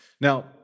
Now